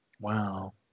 wow